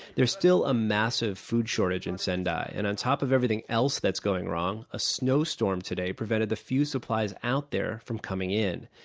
there's still a massive food shortage in sendai, and on top of everything else that's going wrong, a snowstorm today prevented the few supplies out there from coming in.